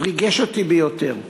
ריגש אותי ביותר,